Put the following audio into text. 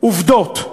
עובדות.